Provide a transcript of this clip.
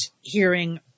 hearing